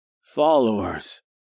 followers